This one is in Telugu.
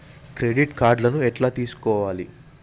క్రెడిట్ కార్డు రివార్డ్ లను ఎట్ల తెలుసుకోవాలే?